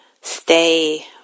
stay